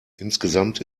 insgesamt